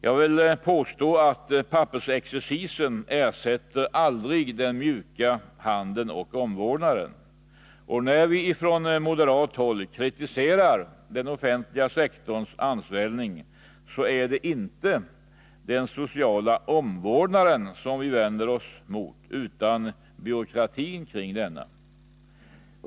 Jag vill påstå att pappersexercisen aldrig ersätter den mjuka handen och omvårdnaden. När vi på moderat håll kritiserar den offentliga sektorns ansvällning är det inte den sociala omvårdnaden vi vänder oss emot utan byråkratin kring denna.